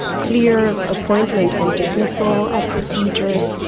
clear appointment and dismissal ah procedures,